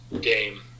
game